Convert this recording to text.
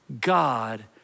God